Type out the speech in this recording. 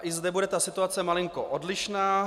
I zde bude ta situace malinko odlišná.